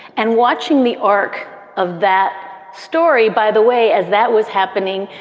and watching the arc of that story, by the way, as that was happening,